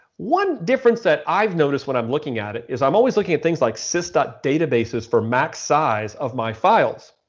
one difference that i've noticed when i'm looking at it is, i'm always looking at things like sys. databases for max size of my files.